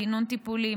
גינון טיפולי,